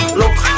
look